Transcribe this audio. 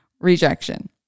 rejection